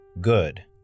good